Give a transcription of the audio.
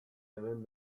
hemen